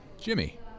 Jimmy